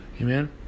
Amen